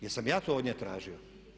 Jesam ja to od nje tražio?